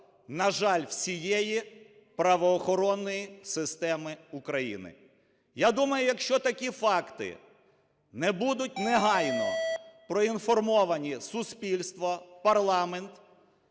на жаль, всієї правоохоронної системи України. Я думаю, якщо такі факти не будуть негайно проінформовані суспільство, парламент,